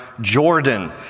Jordan